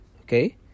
okay